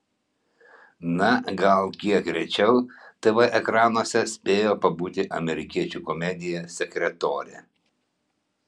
na gal kiek rečiau tv ekranuose spėjo pabūti amerikiečių komedija sekretorė